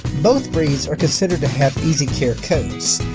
both breeds are considered to have easy-care coats.